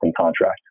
contract